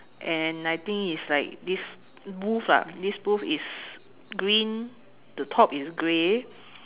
and I think it's like this booth lah this booth is green the top is grey